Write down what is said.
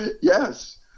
Yes